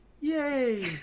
Yay